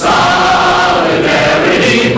Solidarity